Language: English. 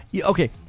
Okay